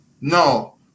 No